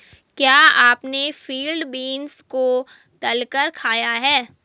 क्या आपने field beans को तलकर खाया है?